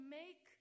make